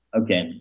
Okay